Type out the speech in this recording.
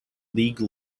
league